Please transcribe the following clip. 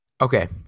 okay